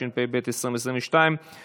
התשפ"ב 2022 נתקבל.